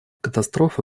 катастрофа